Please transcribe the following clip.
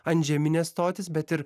antžemines stotis bet ir